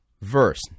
verse